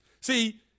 See